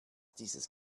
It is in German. dieses